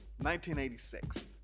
1986